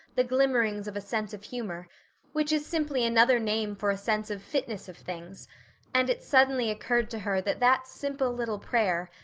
the glimmerings of a sense of humor which is simply another name for a sense of fitness of things and it suddenly occurred to her that that simple little prayer,